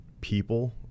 people